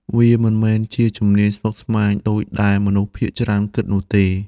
វាមិនមែនជាជំនាញស្មុគស្មាញដូចដែលមនុស្សភាគច្រើនគិតនោះទេ។